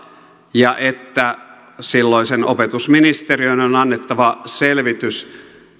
ja että silloisen opetusministeriön on annettava selvitys